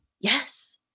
yes